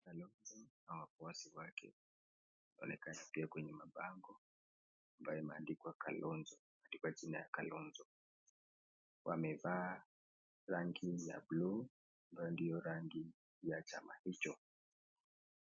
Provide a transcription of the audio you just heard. Kalonzo na wafuasi wake wanaonekana pia kwenye mabango ambayo imeandikwa Kalonzo, imeandikwa jina ya Kalonzo, wamevaa rangi ya buluu ambayo ndio rangi ya chama hicho.